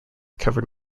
covered